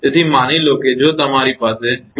તેથી માની લો કે જો તમારી પાસે 2